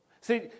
See